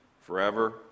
forever